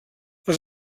les